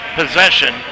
possession